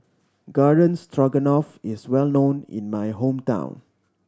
Garden Stroganoff is well known in my hometown